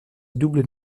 double